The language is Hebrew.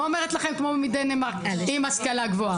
אומרת לכם כמו מדנמרק עם השכלה גבוהה,